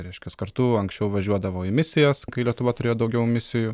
reiškias kartu anksčiau važiuodavo į misijas kai lietuva turėjo daugiau misijų